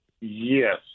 yes